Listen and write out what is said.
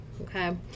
Okay